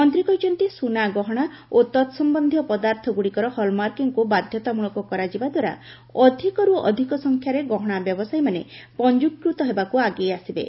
ମନ୍ତ୍ରୀ କହିଛନ୍ତି ସୁନା ଗହଣା ଓ ତତ୍ସମ୍ୟନ୍ଧୀୟ ପଦାର୍ଥଗୁଡ଼ିକର ହଲ୍ମାର୍କିଂକୁ ବାଧ୍ୟତାମୂଳକ କରାଯିବା ଦ୍ୱାରା ଅଧିକରୁ ଅଧିକ ସଂଖ୍ୟାରେ ଗହଣା ବ୍ୟବସାୟୀମାନେ ପଞ୍ଜିକୃତ ହେବାକୁ ଆଗେଇ ଆସିବେ